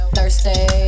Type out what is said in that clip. Thursday